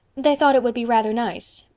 they thought it would be rather nice.